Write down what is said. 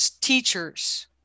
teachers